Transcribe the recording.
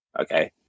okay